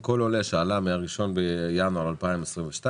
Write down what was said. המשמעות היא שכל עולה שעלה מהאחד בינואר 2022,